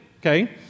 okay